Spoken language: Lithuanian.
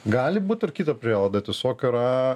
gali būt ir kita prielaida tiesiog yra